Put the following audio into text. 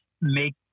make